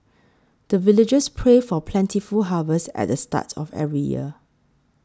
the villagers pray for plentiful harvest at the start of every year